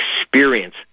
experience